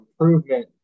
improvement